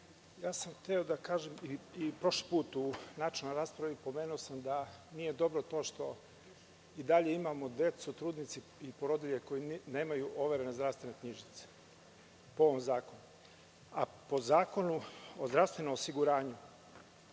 sam da kažem i prošli put u načelnoj raspravi, pomenuo sam da nije dobro to što i dalje imamo decu, trudnice i porodilje koji nemaju overene zdravstvene knjižice po ovom zakonu. Po Zakonu o zdravstvenom osiguranju,